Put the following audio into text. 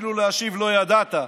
אפילו להשיב לא ידעת.